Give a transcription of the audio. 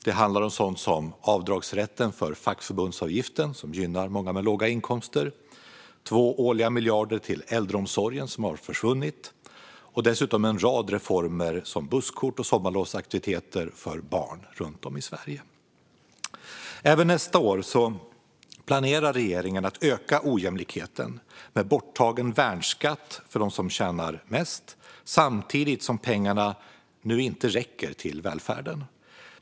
Det handlar om sådant som avdragsrätten för fackförbundsavgiften, som gynnar många med låga inkomster, 2 miljarder årligen till äldreomsorgen som har försvunnit och dessutom en rad reformer som busskort och sommarlovsaktiviteter för barn runt om i Sverige. Även nästa år planerar regeringen att öka ojämlikheten med borttagen värnskatt för dem som tjänar mest, samtidigt som pengarna nu inte räcker till välfärden.